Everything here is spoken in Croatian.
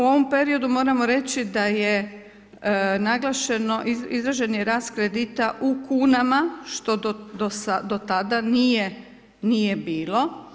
U ovom periodu moramo reći da je naglašeno izraženi rast kredita u kunama, što do tada nije bilo.